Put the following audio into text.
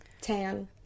Tan